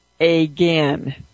again